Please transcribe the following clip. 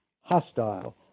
hostile